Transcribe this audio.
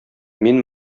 мин